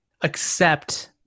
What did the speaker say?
accept